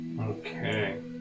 Okay